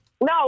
No